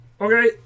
okay